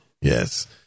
yes